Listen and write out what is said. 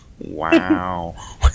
Wow